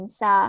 sa